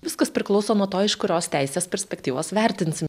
viskas priklauso nuo to iš kurios teisės perspektyvos vertinsim